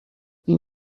این